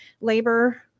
labor